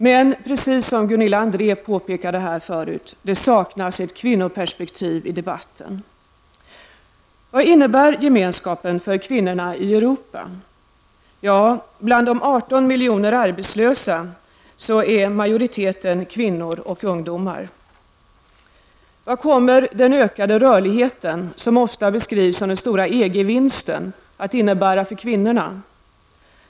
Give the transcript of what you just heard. Men precis som Gunilla André påpekade tidigare saknas det ett kvinnorperspektiv i debatten. Vad innebär gemenskapen för kvinnor i Europa? Vad kommer den ökade rörligheten, som ofta beskrivs som den stora EG-vinsten, att innebära för kvinnorna?